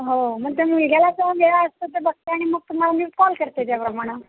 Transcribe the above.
हो मग त्या मुलग्याला केव्हा वेळ असतो ते बघते आणि मग तुम्हाला मी कॉल करते त्याप्रमाणं